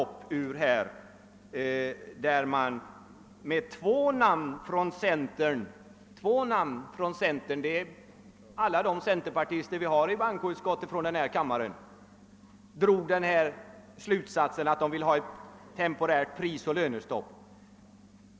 Av detta yttrande, som hade undertecknats av två centerpartister — dvs. alla de centerpartister från denna kammare som tillhör bankoutskottet — kunde man dra slutsatsen, att centerpartiet ville ha ett temporärt prisoch lönestopp.